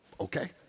okay